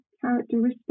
characteristic